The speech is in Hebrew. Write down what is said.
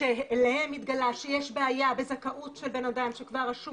שלהם התגלה שיש בעיה בזכאות של בן אדם שכבר רשום